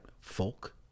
folk